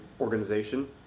organization